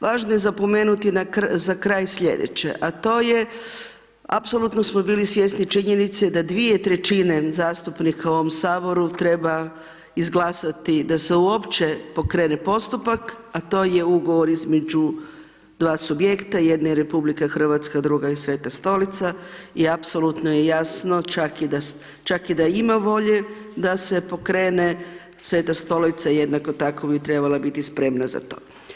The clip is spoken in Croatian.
Važno je napomenuti za kraj slijedeće a to je apsolutno smo bili svjesni činjenice da 2/3 zastupnika u ovom Saboru, treba izglasati da se uopće pokrene postupak, a to je ugovor između dva subjekta, jedan je Republika Hrvatska, druga je Sveta Stolica, i apsolutno je jasno, čak i da ima volje da se pokrene Sveta Stolica, jednako tako bi trebala biti spremna za to.